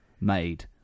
made